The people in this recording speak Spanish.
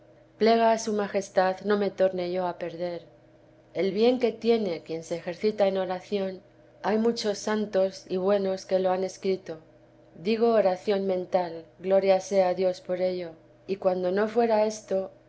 plega a su majestad no me torne yo a perder el bien que tiene quien se ejercita en oración hay muchos santos y buenos que lo han escrito digo oración mental gloria sea a dios por ello y cuando no fuera esto